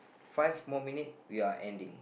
five more minute we are ending